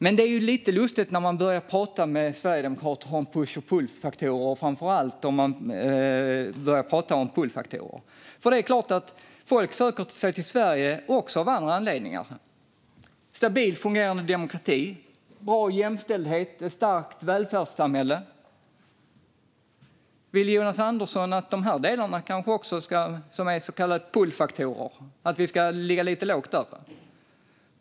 Men det blir lite lustigt när man börjar prata med sverigedemokrater om push och pullfaktorer, framför allt om pullfaktorer, för det är klart att folk söker sig till Sverige också av andra anledningar. Stabil, fungerande demokrati, bra jämställdhet, ett starkt välfärdssamhälle - vill Jonas Andersson att vi också i de delarna, som är så kallade pullfaktorer, ska ligga lite lågt?